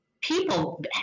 people